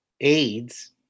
AIDS